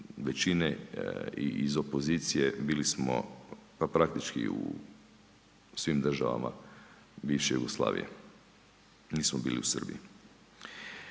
većine i iz opozicije bili smo praktički u svim državama bivše Jugoslavije, nismo bili u Srbiji.